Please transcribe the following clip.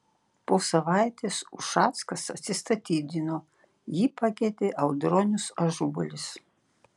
po savaitės ušackas atsistatydino jį pakeitė audronius ažubalis